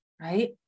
right